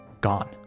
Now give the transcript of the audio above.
Gone